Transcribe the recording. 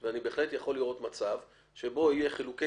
אני בהחלט יכול לראות מצב שבו יהיו חילוקי